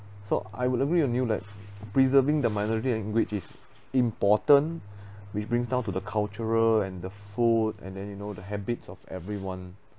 so I would agree on you that preserving the minority language is important which brings down to the cultural and the food and then you know the habits of everyone